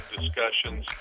discussions